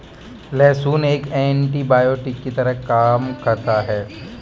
लहसुन एक एन्टीबायोटिक की तरह काम करता है